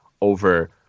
over